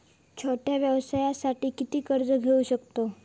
छोट्या व्यवसायासाठी किती कर्ज घेऊ शकतव?